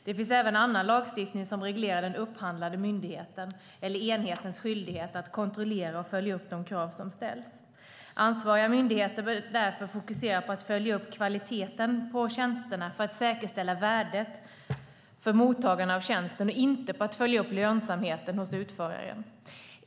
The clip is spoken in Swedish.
Det finns även annan lagstiftning som reglerar den upphandlande myndigheten eller enhetens skyldighet att kontrollera och följa upp de krav som ställs. Ansvariga myndigheter bör därför fokusera på att följa upp kvaliteten på tjänsterna för att säkerställa värdet för mottagarna av tjänsten och inte på att följa upp lönsamheten hos utföraren.